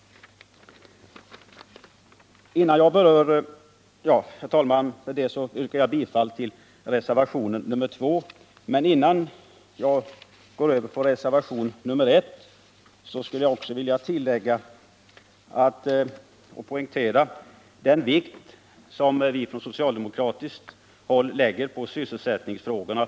Herr talman! Med det sagda yrkar jag bifall till reservationen 2, men innan jag går över till reservationen 1, skulle jag vilja poängtera den vikt som vi från socialdemokratiskt håll fäster vid sjöfolkets sysselsättningsfrågor.